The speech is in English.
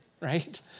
right